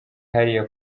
hariya